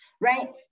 right